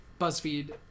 BuzzFeed